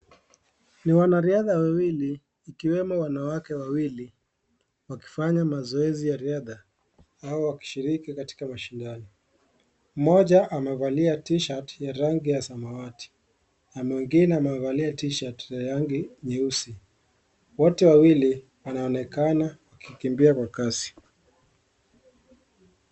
Ni wanariadha wawili, ikiwemo wanawake wawili, wakifanya mazoezi ya riadha, au wakishiriki katika mashindano. Mmoja amevalia t-shirt ya rangi ya samawati. Na mwingine amevalia t-shirt ya rangi nyeusi. Wote wawili wanaonekana wakikimbia kwa kasi.